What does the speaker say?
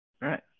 Right